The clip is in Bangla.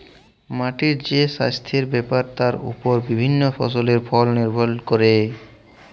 মাটির যে সাস্থের ব্যাপার তার ওপর বিভিল্য ফসলের ফল লির্ভর ক্যরে